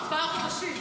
ארבעה חודשים.